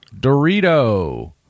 Dorito